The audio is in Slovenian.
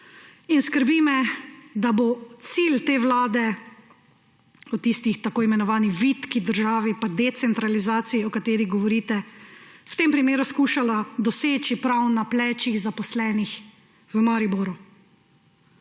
in skrbi me, da bo cilj te vlade v tisti tako imenovanih vitki državi pa decentralizaciji, o kateri govorite, v tem primeru skušala doseči prav na plečih zaposlenih v Mariboru.